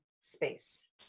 space